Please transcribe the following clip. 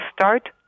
start